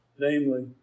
namely